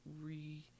re-